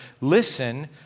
listen